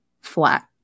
flat